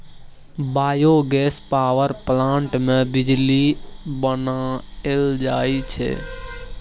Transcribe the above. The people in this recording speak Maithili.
बायोगैस पावर पलांट मे बिजली बनाएल जाई छै